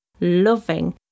loving